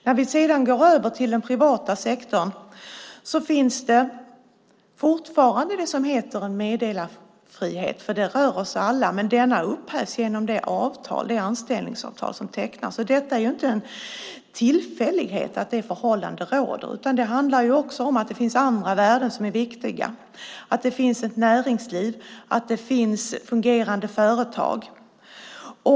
När vi sedan går över till privat sektor finns fortfarande det som heter meddelarfrihet, men den upphävs genom det anställningsavtal som tecknas. Det är inte en tillfällighet att det förhållandet råder, utan det handlar också om att det finns andra värden som är viktiga, att det finns ett näringsliv och att det finns fungerande företag.